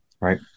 Right